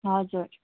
हजुर